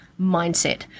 mindset